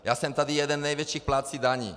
Já jsem tady jeden z největších plátců daní.